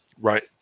right